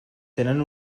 tenen